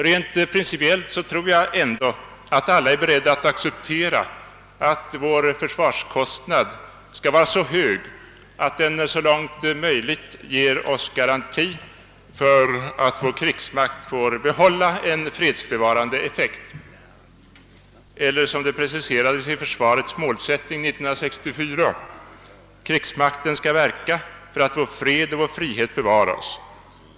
Rent principiellt tror jag ändå att alla är beredda att acceptera att vår försvarskostnad skall vara så hög att den så långt möjligt ger oss garanti för att vår krigsmakt får behålla en fredsbevarande effekt — eller som det preciserades i försvarets målsättning 1964: »Krigsmakten skall verka för att vår fred och frihet bevaras.